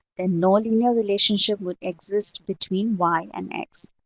then no linear relationship would exist between y and x.